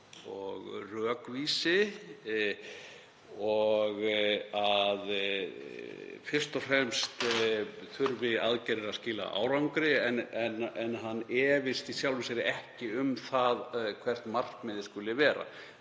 og rökvísi og að fyrst og fremst þurfi aðgerðir að skila árangri en að hann efist í sjálfu sér ekki um það hvert markmiðið skuli vera.